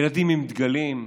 ילדים עם דגלים,